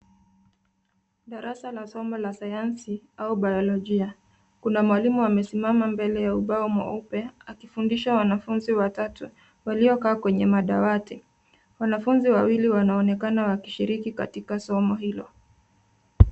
Darasa la somo la sayansi au biolojia. Kuna mwalimu amesimama mbele ya ubao mweupe akifundisha wanafunzi watatu waliokaa kwenye madawati. Wanafunzi wawili wanaonekana wakishiriki katika somo hilo.